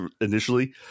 initially